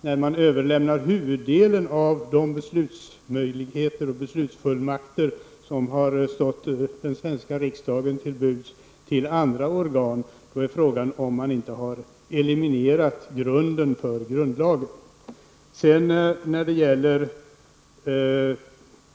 När man överlåter huvuddelen av de beslutsmöjligheter och beslutsfullmakter som har stått den svenska riksdagen till buds till andra organ, då är frågan om man inte har eliminerat grunden för grundlagen.